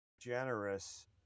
generous